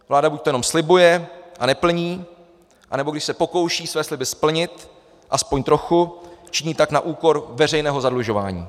Vláda buďto jenom slibuje a neplní, anebo když se pokouší své sliby splnit aspoň trochu, činí tak na úkor veřejného zadlužování.